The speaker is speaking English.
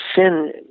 sin